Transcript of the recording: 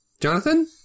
Jonathan